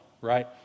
right